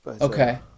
Okay